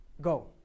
go